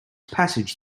passage